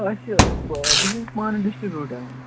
آ أسۍ چھِ بہٕ چھُس پانہٕ ڈِسٹِبیوٗٹَر